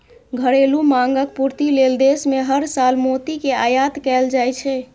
घरेलू मांगक पूर्ति लेल देश मे हर साल मोती के आयात कैल जाइ छै